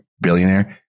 billionaire